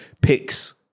picks